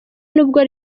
nubwo